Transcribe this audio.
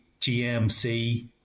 GMC